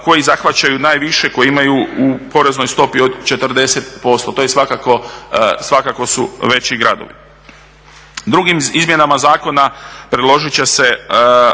koji zahvaćaju najviše koji imaju u poreznoj stopi od 40%, to su svakako veći gradovi. Drugim izmjenama zakona predložit će se